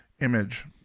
image